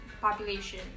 population